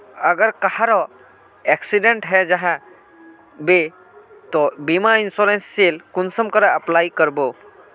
अगर कहारो एक्सीडेंट है जाहा बे तो बीमा इंश्योरेंस सेल कुंसम करे अप्लाई कर बो?